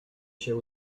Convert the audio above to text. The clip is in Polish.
się